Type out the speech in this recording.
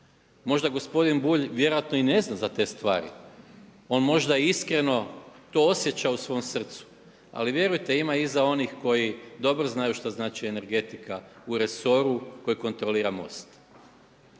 Možda gospodin Bulj vjerojatno i ne zna za te stvari. On možda iskreno to osjeća u svom srcu, ali vjerujte ima iza onih koji dobro znaju što znači energetika u resoru koji kontrolira MOST.